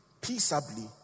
peaceably